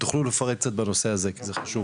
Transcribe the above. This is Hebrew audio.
אם תוכלו לפרט קצת בנושא הזה כי זה חשוב.